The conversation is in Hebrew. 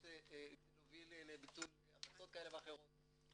ולהוביל לביטול החלטות כאלה ואחרות,